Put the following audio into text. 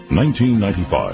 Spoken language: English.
1995